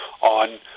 on